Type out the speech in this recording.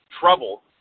trouble